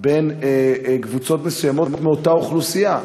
בין קבוצות מסוימות באותה אוכלוסייה,